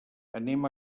anem